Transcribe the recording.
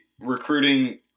recruiting